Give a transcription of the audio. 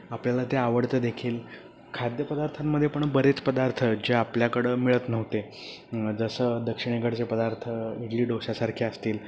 आपल्याला ते आवडतं देखील खाद्यपदार्थांमध्ये पण बरेच पदार्थ जे आपल्याकडं मिळत नव्हते जसं दक्षिणेकडचे पदार्थ इडली डोश्यासारखे असतील